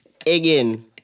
again